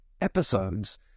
episodes